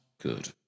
good